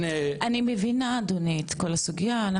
אני מבינה אדוני את כל הסוגייה.